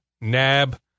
nab